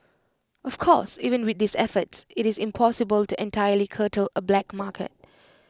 of course even with these efforts IT is impossible to entirely curtail A black market